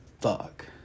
fuck